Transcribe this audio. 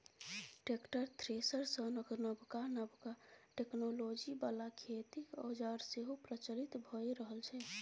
tractor, thresher सनक नबका नबका टेक्नोलॉजी बला खेतीक औजार सेहो प्रचलित भए रहल छै